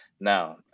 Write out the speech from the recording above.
Now